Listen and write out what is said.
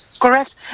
Correct